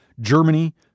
Germany